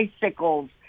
bicycles